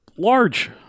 Large